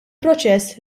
proċess